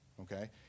okay